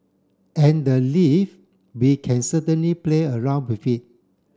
and the leave we can certainly play around with it